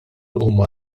huma